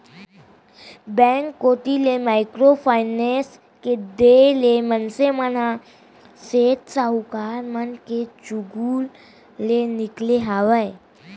bank कोती ले micro finance के देय ले मनसे मन ह सेठ साहूकार मन के चुगूल ले निकाले हावय